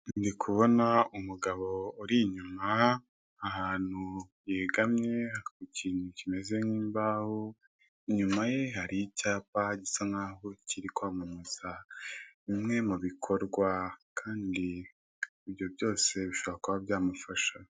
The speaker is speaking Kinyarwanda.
Ndi kubona umugabo uri inyuma ahantu yegamye hari ikintu kimeze nk'imbaho, inyuma ye hari icyapa gisa nk'aho kiri kwamamaza bimwe mu bikorwa kandi ibyo byose bishobora kuba byamufasha.